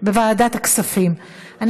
הכספים נתקבלה.